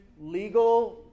legal